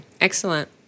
Excellent